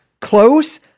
Close